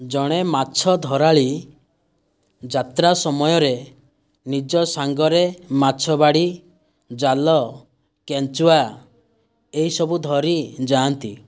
ଜଣେ ମାଛ ଧରାଳି ଯାତ୍ରା ସମୟରେ ନିଜ ସାଙ୍ଗରେ ମାଛ ବାଡ଼ି ଜାଲ କେଞ୍ଚୁଆ ଏହିସବୁ ଧରି ଯାଆନ୍ତି